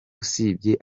usibye